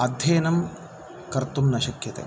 अध्ययनं कर्तुं न शक्यते